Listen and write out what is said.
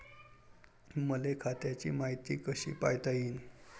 मले खात्याची मायती कशी पायता येईन?